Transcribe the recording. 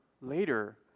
later